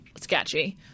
sketchy